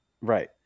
Right